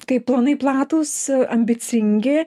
tai planai platūs ambicingi